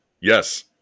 Yes